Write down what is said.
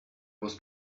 was